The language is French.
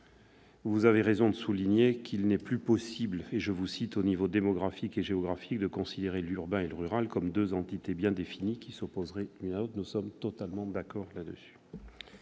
Vous avez raison de souligner « qu'il n'est plus possible, aux niveaux démographique et géographique, de considérer l'urbain et le rural comme deux entités bien définies qui s'opposeraient l'une à l'autre ». Nous sommes totalement d'accord. Les